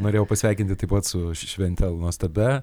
norėjau pasveikinti taip pat su švente nuostabia